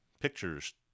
pictures